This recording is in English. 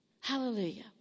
Hallelujah